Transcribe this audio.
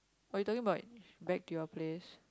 or you talking about back to your place